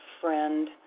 friend